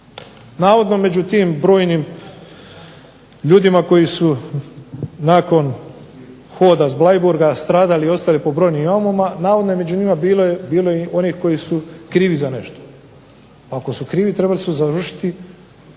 Navodno među tim brojnim ljudima koji su nakon hoda s Bleiburga stradali ostali po brojnim jamama, navodno je među njima bilo i onih koji su krivi za nešto. Ako su krivi trebali su završiti